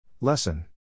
Lesson